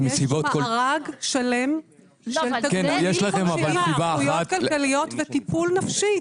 יש מארג שלם של תגמולים חודשיים וזכויות כלכליות וטיפול נפשי.